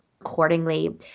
accordingly